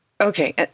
Okay